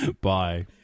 Bye